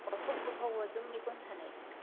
ꯂꯧꯊꯣꯛꯄ ꯐꯥꯎꯕ ꯑꯗꯨꯝ ꯂꯤꯛꯀꯣꯟ ꯁꯥꯟꯅꯩꯌꯦ